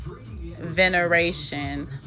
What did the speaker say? veneration